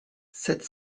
sept